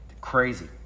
Crazy